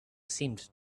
seemed